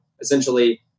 essentially